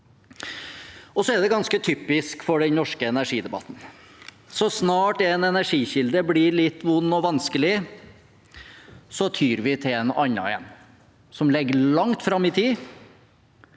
Det er ganske typisk for den norske energidebatten: Så snart en energikilde blir litt vond og vanskelig, tyr vi til en annen, som ligger langt fram i tid,